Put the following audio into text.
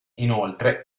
inoltre